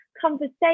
conversation